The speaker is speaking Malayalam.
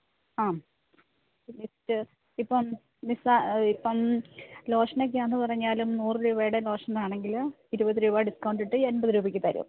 ആം ലിസ്റ്റ് ഇപ്പം നിസാ ഇപ്പം ലോഷനെക്കെ ആന്ന് പറഞ്ഞാലും നൂറ് രൂപയുടെ ലോഷനാണെങ്കിൽ ഇരുപത് രൂപ ഡിസ്ക്കൗണ്ടിട്ട് എൺപത് രൂപയ്ക്ക് തരും